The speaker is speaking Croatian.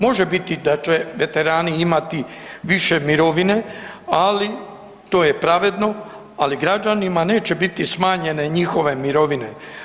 Može biti da će veterani imati više mirovine, ali to je pravedno, ali građanima neće biti smanjene njihove mirovine.